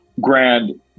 Grand